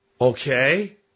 Okay